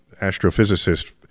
astrophysicist